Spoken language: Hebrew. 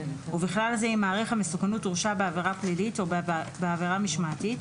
ובכלל זה אם מעריך המסוכנות הורשע בעבירה פלילית או בעבירה משמעתית,